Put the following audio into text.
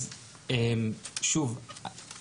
שוב,